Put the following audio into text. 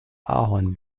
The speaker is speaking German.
ahorn